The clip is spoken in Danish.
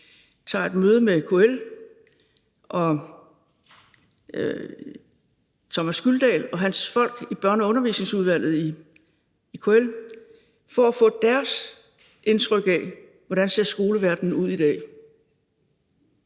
tager et møde med KL, altså Thomas Gyldal Petersen og hans folk i Børne- og Undervisningsudvalget i KL, for at få deres indtryk af, hvordan skoleverdenen ser ud i dag.